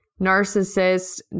narcissist